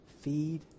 Feed